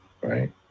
right